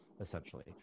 essentially